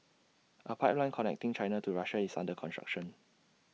A pipeline connecting China to Russia is under construction